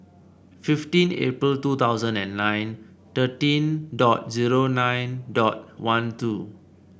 fifteen April two thousand and nine thirteen dot zero nine dot one two